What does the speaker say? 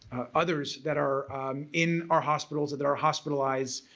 others that are in our hospitals, that are hospitalized,